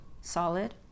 solid